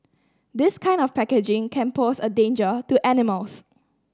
this kind of packaging can pose a danger to animals